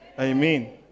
Amen